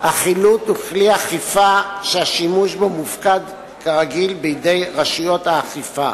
החילוט הוא כלי אכיפה שהשימוש בו מופקד כרגיל בידי רשויות האכיפה.